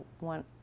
want